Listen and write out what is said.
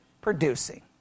producing